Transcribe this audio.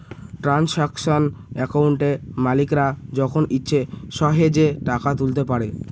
transaction একাউন্টে মালিকরা যখন ইচ্ছে সহেজে টাকা তুলতে পারে